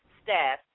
staff